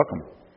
welcome